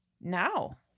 now